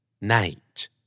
night